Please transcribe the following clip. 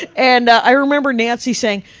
and and i remember nancy saying,